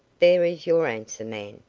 there is your answer, man,